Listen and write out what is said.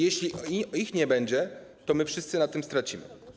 Jeśli ich nie będzie, to my wszyscy na tym stracimy.